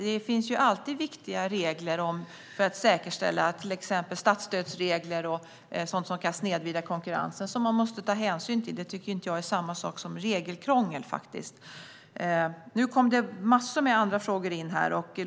Det finns alltid viktiga regler, till exempel statsstödsregler och regler som handlar om att säkerställa att konkurrensen inte snedvrids, som man måste ta hänsyn till. Det tycker jag inte är samma sak som regelkrångel faktiskt. Nu kom det in massor med andra frågor här också.